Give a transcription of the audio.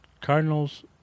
Cardinals